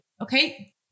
Okay